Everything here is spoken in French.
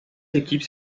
équipes